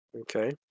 Okay